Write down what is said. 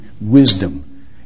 wisdom